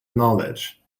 knowledge